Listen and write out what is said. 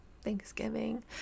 Thanksgiving